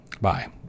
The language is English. Bye